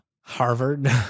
Harvard